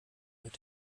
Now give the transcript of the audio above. hört